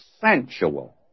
sensual